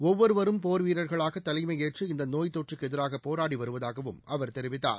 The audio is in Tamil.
ஒவ்வொருவரும் போா் வீரா்களாக தலைமையேற்று இந்த நோய் தொற்றுக்கு எதிராக போராடி வருவதாகவும் அவர் தெரிவித்தார்